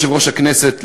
יושב-ראש הכנסת,